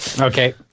Okay